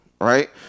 Right